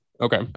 okay